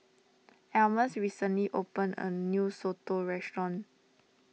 Almus recently open a new Soto restaurant